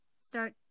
start